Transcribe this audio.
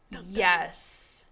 Yes